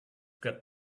got